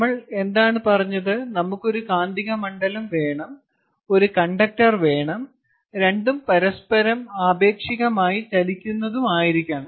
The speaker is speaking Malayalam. നമ്മൾ എന്താണ് പറഞ്ഞത് നമുക്ക് കാന്തിക മണ്ഡലം വേണം ഒരു കണ്ടക്ടർ വേണം രണ്ടും പരസ്പരം ആപേക്ഷികമായി ചലിക്കുന്നതായിരിക്കണം